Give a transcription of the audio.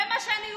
זה מה שאני יודעת.